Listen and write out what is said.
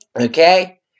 Okay